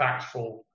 impactful